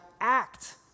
act